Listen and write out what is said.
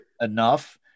enough